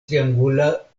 triangula